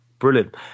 brilliant